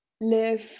live